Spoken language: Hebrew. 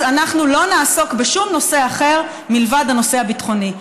אז אנחנו לא נעסוק בשום נושא אחר מלבד הנושא הביטחוני.